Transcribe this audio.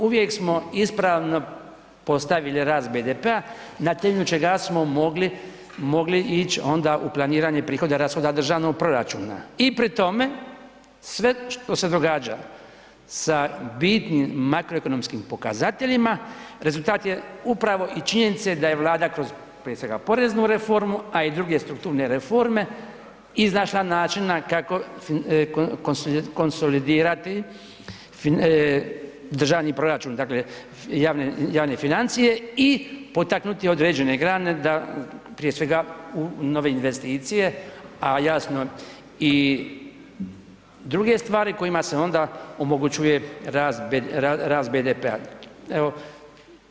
Uvijek smo ispravno postavili rast BDP-a na temelju čega smo mogli ići onda u planiranje rashoda državnog proračuna i pri tome sve što se događa sa bitnim makroekonomskim pokazateljima rezultat je upravo i činjenice da je Vlada prije svega poreznu reformu, a i druge strukturne reforme iznašla način kako konsolidirati državni proračun dakle javne financije i potaknuti određene grane da prije svega u nove investicije, a jasno i druge stvari kojima se onda omogućuje rast BDP-a.